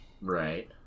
Right